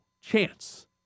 chance